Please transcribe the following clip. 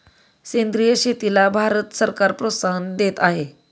सेंद्रिय शेतीला भारत सरकार प्रोत्साहन देत आहे